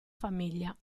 famiglia